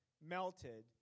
melted